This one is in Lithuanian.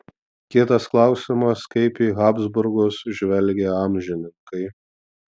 kitas klausimas kaip į habsburgus žvelgė amžininkai